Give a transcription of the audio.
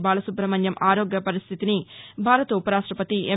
బాలసుబ్రహ్మణ్యం ఆరోగ్య పరిస్టితిని భారత ఉపరాష్టపతి ఎం